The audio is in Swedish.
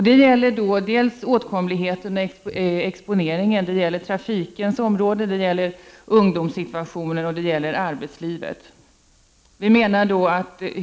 Det gäller dels åtkomligheten och exponeringen, dels trafikområdet, dels ungdomssituationen och dels arbetslivet.